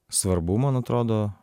svarbu man atrodo